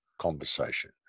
conversation